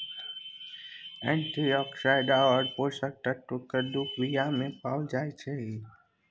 antioxidant आओर पोषक तत्व कद्दूक बीयामे पाओल जाइत छै